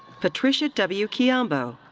patricia w. kiambo.